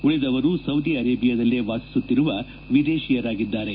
ಉಳಿದವರು ಸೌದಿ ಅರೇಬಿಯಾದಲ್ಲೇ ವಾಸಿಸುತ್ತಿರುವ ವಿದೇಶಿಯರಾಗಿದ್ದಾರೆ